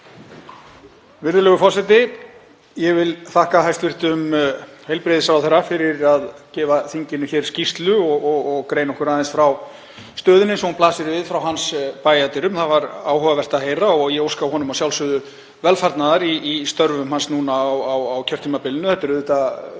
Virðulegur forseti. Ég vil þakka hæstv. heilbrigðisráðherra fyrir að gefa þinginu skýrslu og greina okkur aðeins frá stöðunni eins og hún blasir við frá hans bæjardyrum. Það var áhugavert að heyra og ég óska honum að sjálfsögðu velfarnaðar í störfum hans á kjörtímabilinu. Þetta er